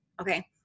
okay